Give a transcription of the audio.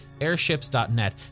airships.net